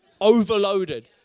overloaded